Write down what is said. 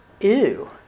ew